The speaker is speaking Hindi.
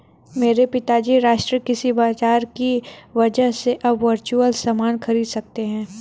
मेरे पिताजी राष्ट्रीय कृषि बाजार की वजह से अब वर्चुअल सामान खरीद सकते हैं